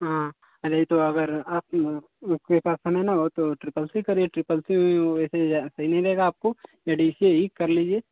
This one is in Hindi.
हाँ नहीं तो अगर आप के पास समय न हो तो ट्रिपल सी करें ट्रिपल सी वैसे ज़्यादा सही नहीं रहेगा आपको ए डी सी कर लीजिए